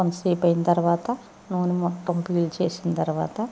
కొంత సేపు అయిన తర్వాత నూనె మొత్తం పీల్చేసిన తర్వాత